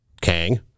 Kang